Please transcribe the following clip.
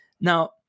Now